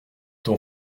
ton